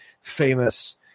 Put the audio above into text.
famous